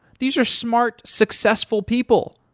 these are smart successful people.